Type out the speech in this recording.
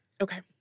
Okay